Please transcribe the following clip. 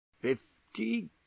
fifty